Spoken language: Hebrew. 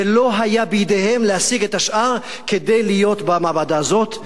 ולא היה בידיהם להשיג את השאר כדי להיות במעבדה הזאת,